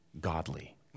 godly